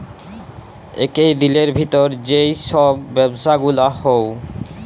একই দিলের ভিতর যেই সব ব্যবসা গুলা হউ